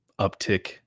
uptick